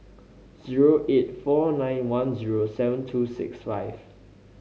zero eight four nine one zero seven two six five